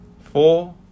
four